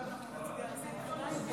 הסרתי את כל ההסתייגויות.